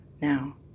now